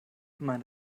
mein